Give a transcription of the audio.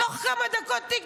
תוך כמה דקות תיק,